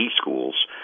schools